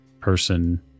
person